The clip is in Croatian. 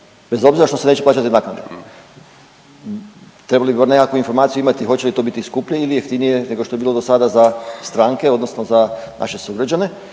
bez obzira što se neće plaćati naknada. Trebali bi bar nekakvu informaciju imati hoće li to biti skuplje ili jeftinije nego što je bilo do sada za stranke, odnosno za naše sugrađane.